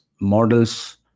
models